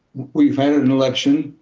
we've had had an election.